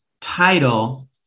title